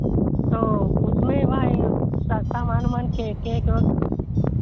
तो उसमें वह है सामान ओमान केक ओक